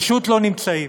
פשוט לא נמצאים.